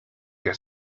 been